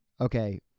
okay